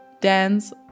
dance